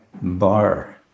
bar